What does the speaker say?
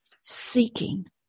seeking